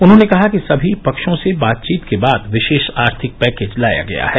उन्होंने कहा कि सभी पक्षों से बातचीत के बाद विशेष आर्थिक पैकेज लाया गया है